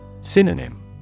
Synonym